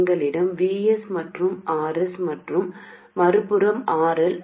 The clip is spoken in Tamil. எங்களிடம் Vs மற்றும் Rs மற்றும் மறுபுறம் RL